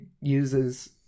uses